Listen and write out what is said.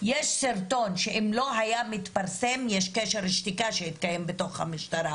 יש סרטון שאם לא היה מתפרסם יש קשר שתיקה שקיים בתוך המשטרה.